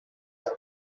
time